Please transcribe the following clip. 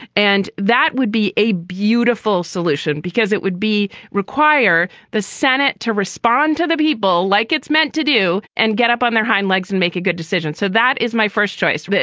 and that would be a beautiful solution, because it would be require the senate to respond to the people like it's meant to do and get up on their hind legs and make a good decision. so that is my first choice. but